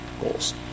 goals